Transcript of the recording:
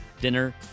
dinner